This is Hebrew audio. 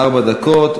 ארבע דקות.